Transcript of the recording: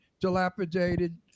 dilapidated